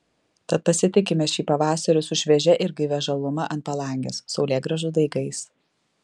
tad pasitikime šį pavasarį su šviežia ir gaivia žaluma ant palangės saulėgrąžų daigais